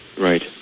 Right